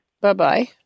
Bye-bye